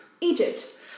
Egypt